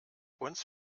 uns